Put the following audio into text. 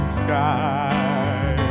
sky